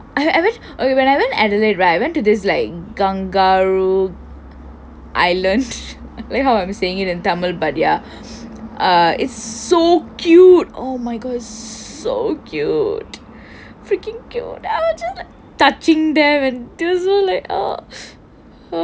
ok when I went adelaide right I went to this like gangennaro island I like how I'm saying it with the tamil accent but ya err it's so cute oh my god it's so cute freaking cute I was just touching them and